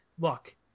Look